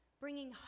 bringing